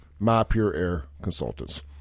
mypureairconsultants